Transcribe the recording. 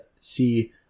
see